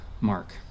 mark